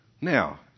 Now